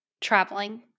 traveling